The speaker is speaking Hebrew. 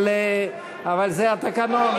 אבל זה התקנון.